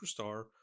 superstar